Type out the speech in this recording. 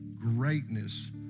greatness